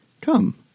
Come